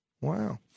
Wow